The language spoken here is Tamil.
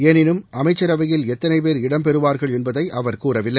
எளினும் அமைச்சரவையில் எத்தளை பேர் இடம்பெறுவார்கள் என்பதை அவர் கூறவில்லை